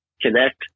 connect